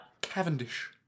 Cavendish